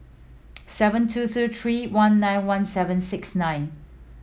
seven two two three one nine one seven six nine